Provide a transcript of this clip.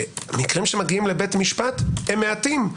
מקרים שמגיעים לבית המשפט הם מעטים.